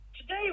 Today